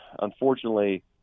unfortunately